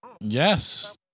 Yes